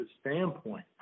standpoint